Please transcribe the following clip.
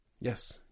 yes